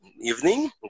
evening